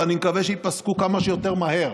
ואני מקווה שייפסקו כמה שיותר מהר,